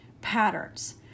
patterns